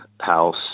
house